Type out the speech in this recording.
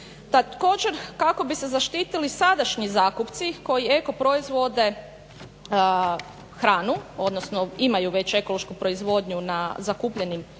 Također kako bi se zaštitili sadašnji zakupci koji eko proizvode, hranu, odnosno imaju već ekološku proizvodnju na zakupljenim